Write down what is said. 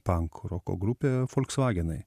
pank roko grupė folksvagenai